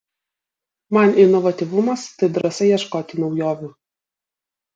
man inovatyvumas tai drąsa ieškoti naujovių